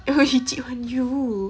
oh he cheat on you